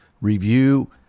review